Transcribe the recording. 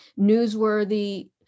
newsworthy